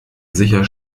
sicher